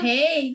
Hey